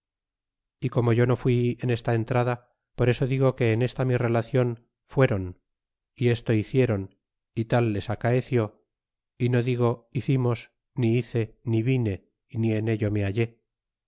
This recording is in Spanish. y como yo no fui en esta entrada por eso digo en esta mi relacion fuéron y esto hiciéron y tal les acaeció y no digo hicimos ni hice ni vine ni en ello me hallé